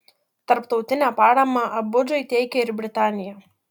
tarptautinę paramą abudžai teikia ir britanija